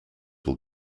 will